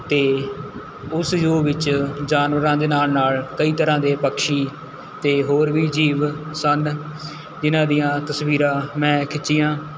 ਅਤੇ ਉਸ ਜ਼ੂ ਵਿੱਚ ਜਾਨਵਰਾਂ ਦੇ ਨਾਲ਼ ਨਾਲ਼ ਕਈ ਤਰ੍ਹਾਂ ਦੇ ਪੱਕਛੀ ਤੇ ਹੋਰ ਵੀ ਜੀਵ ਸਨ ਜਿਨ੍ਹਾਂ ਦੀਆਂ ਤਸਵੀਰਾਂ ਮੈਂ ਖਿੱਚੀਆਂ